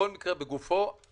כל מקרה לגופו.